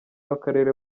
w’akarere